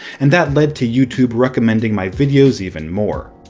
and that led to youtube recommending my videos even more.